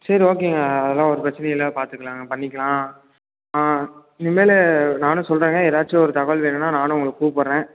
சரி ஓகேங்க அதெலாம் ஒரு பிரச்சினையும் இல்லை பார்த்துக்கலாங்க பண்ணிக்கலாம் ஆ இனிமேல் நானும் சொல்கிறேங்க ஏதாச்சும் ஒரு தகவல் வேணுன்னால் நானும் உங்களை கூப்பிட்றேன்